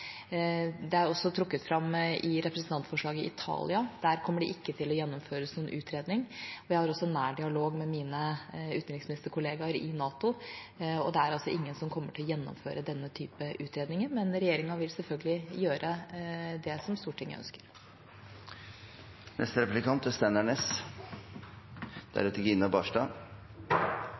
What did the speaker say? Det er også trukket fram i representantforslag i Italia. Der kommer det ikke til å gjennomføres noen utredning. Vi har også en nær dialog med mine utenriksministerkolleger i NATO, og det er ingen som kommer til å gjennomføre denne typen utredninger. Men regjeringa vil selvfølgelig gjøre det som Stortinget ønsker. Eg er